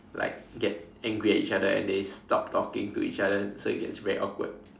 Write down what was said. like get angry at each other and they stopped talking to each other so it gets very awkward